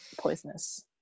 poisonous